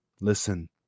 listen